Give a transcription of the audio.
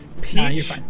Peach